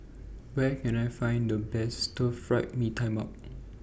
Where Can I Find The Best Stir Fried Mee Tai Mak